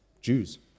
Jews